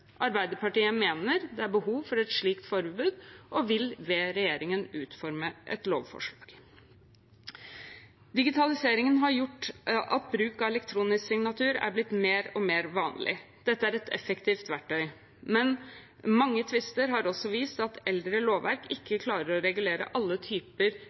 Arbeiderpartiet mener det er behov for et slikt forbud og vil be regjeringen utforme et lovforslag. Digitaliseringen har gjort at bruk av elektronisk signatur er blitt mer og mer vanlig. Dette er et effektivt verktøy, men mange tvister har også vist at eldre lovverk ikke klarer å regulere alle typer